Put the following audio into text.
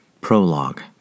Prologue